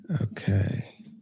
Okay